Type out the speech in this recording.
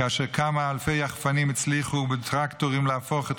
כאשר כמה אלפי יחפנים על טרקטורים הצליחו להפוך את